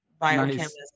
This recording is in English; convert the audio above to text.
biochemist